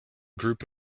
group